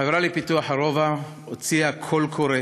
החברה לפיתוח הרובע הוציאה קול קורא